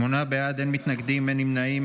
שמונה בעד, אין מתנגדים, אין נמנעים.